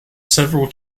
several